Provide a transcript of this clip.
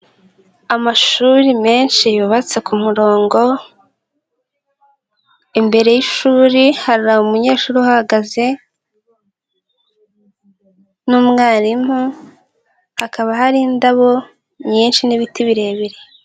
Amashuri menshi yubatse ku murongo, imbere y'ishuri hari umunyeshuri uhagaze n'umwarimu, hakaba hari indabo nyinshi n'ibiti birebire.